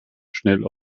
schnell